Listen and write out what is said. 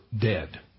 dead